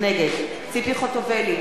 נגד ציפי חוטובלי,